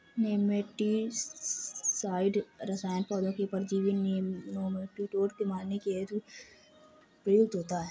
nematicide रसायन पौधों के परजीवी नोमीटोड को मारने हेतु प्रयुक्त होता है